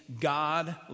God